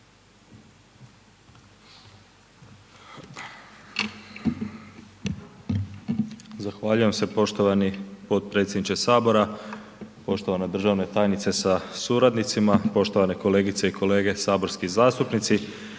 Zahvaljujem se poštovani potpredsjedniče Sabora. Poštovana državna tajnice sa suradnicima. Poštovane kolegice i kolege saborski zastupnici.